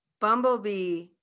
bumblebee